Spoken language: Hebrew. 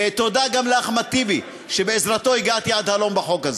תודה גם לאחמד טיבי שבעזרתו הגעתי עד הלום בחוק הזה.